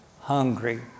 Hungry